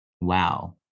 wow